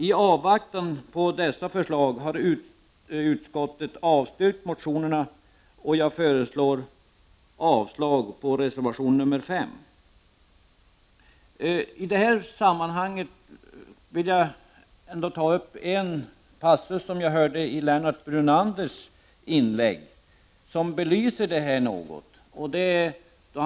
I avvaktan på dessa förslag har utskottet avstyrkt motionerna, och jag föreslår avslag på I detta sammanhang vill jag ta upp en passus i Lennart Brunanders inlägg som något belyser detta problem.